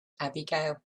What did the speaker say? abigail